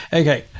okay